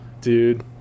Dude